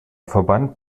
verband